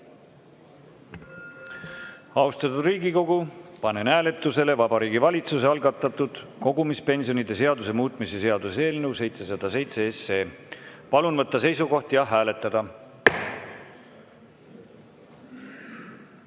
juurde. Austatud Riigikogu, panen hääletusele Vabariigi Valitsuse algatatud kogumispensionide seaduse muutmise seaduse eelnõu 707. Palun võtta seisukoht ja hääletada!